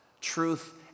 Truth